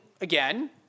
again